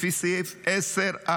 לפי סעיף 10א,